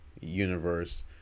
Universe